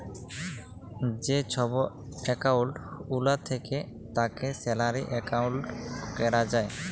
যে ছব একাউল্ট গুলা থ্যাকে তাকে স্যালারি একাউল্ট ক্যরা যায়